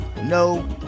No